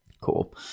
Cool